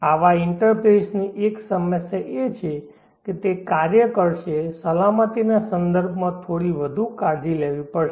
આવા ઇન્ટરફેસની એક સમસ્યા એ છે કે તે કાર્ય કરશે સલામતીના સંદર્ભમાં થોડી વધુ કાળજી લેવી પડશે